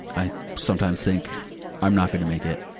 i sometimes think i'm not gonna make it.